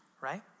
right